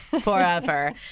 forever